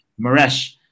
Maresh